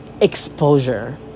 exposure